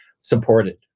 supported